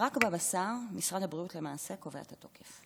רק בבשר משרד הבריאות למעשה קובע את התוקף.